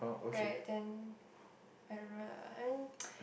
right then I don't know lah I think